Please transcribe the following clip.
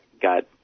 got